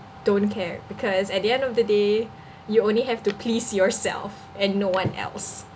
don't care because at the end of the day you only have to please yourself and no one else